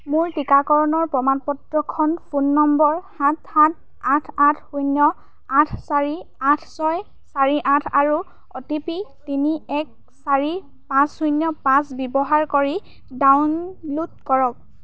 মোৰ টীকাকৰণৰ প্ৰমাণ পত্ৰখন ফোন নম্বৰ সাত সাত আঠ আঠ শূন্য আঠ চাৰি আঠ ছয় চাৰি আঠ আৰু অ'টিপি তিনি এক চাৰি পাঁচ শূন্য পাঁচ ব্যৱহাৰ কৰি ডাউনলোড কৰক